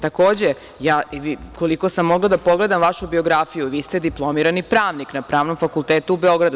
Takođe, koliko sam mogla da pogledam vašu biografiju, vi ste diplomirani pravnik na Pravnom fakultetu u Beogradu.